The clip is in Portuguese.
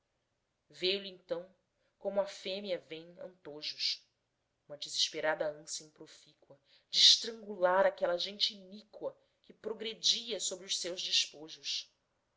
flecha veio-lhe então como à fêmea vêm antojos uma desesperada ânsia improfícua de estrangular aquela gente iníqua que progredia sobre os seus despojos